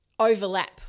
overlap